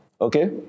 Okay